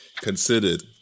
considered